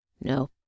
No